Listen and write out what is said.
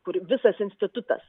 kur visas institutas